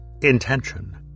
intention